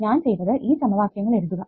ഞാൻ ചെയ്തത് ഈ സമവാക്യങ്ങൾ എഴുതുക